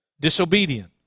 disobedient